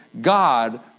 God